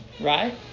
right